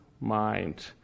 mind